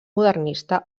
modernista